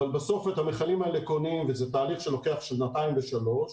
אבל בסוף לקנות את המכלים האלה זה תהליך שלוקח שנתיים ושלוש,